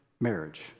marriage